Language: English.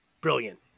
brilliant